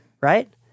right